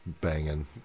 banging